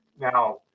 Now